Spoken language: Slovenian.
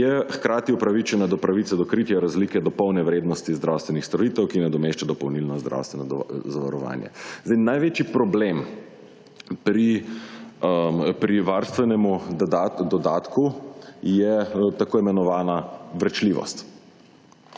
je hkrati upravičena do pravice do kritja razlike do polne vrednosti zdravstvenih storitev, ki nadomešča dopolnilno zdravstveno zavarovanje. Zdaj največji problem pri varstvenemu dodatku je tako imenovana vračljivost.